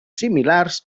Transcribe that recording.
similars